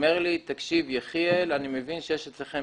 אומר לי, תקשיב יחיאל, אני מבין שיש אצלכם